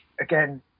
again